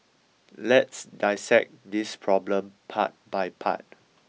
let's dissect this problem part by part